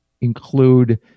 include